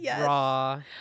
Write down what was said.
raw